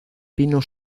pino